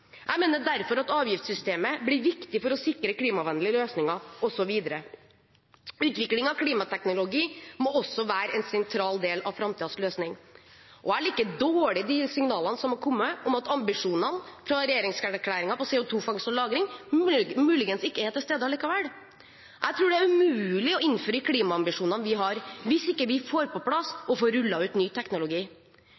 Jeg mener derfor at avgiftssystemet blir viktig for å sikre klimavennlige løsninger. Utvikling av klimateknologi må også være en sentral del av framtidens løsning. Jeg liker dårlig de signalene som nå er kommet, om at ambisjonene fra regjeringserklæringen om CO2-fangst og -lagring muligens ikke er til stede likevel. Jeg tror det er umulig å innføre klimaambisjonene vi har, om vi ikke får på plass